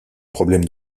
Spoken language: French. problèmes